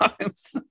times